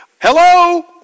Hello